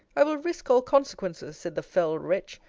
i will risque all consequences, said the fell wretch,